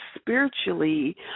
spiritually